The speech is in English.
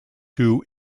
two